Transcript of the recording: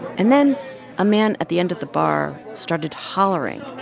and then a man at the end of the bar started hollering